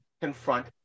confront